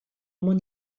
món